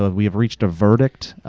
ah we have reached a verdict,